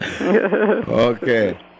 Okay